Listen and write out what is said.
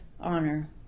honor